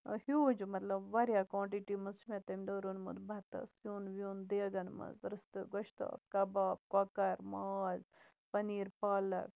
huge مطلب واریاہ quantity منٛز چھُ مےٚ تَمہِ دۄہ روٚنمُت بَتہٕ سیُن ویُن دیگَن منٛز رِستہٕ گۄشتابہٕ کَباب کۄکَر ماز پٔنیٖر پالکھ